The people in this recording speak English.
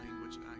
language